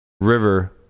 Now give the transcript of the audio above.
River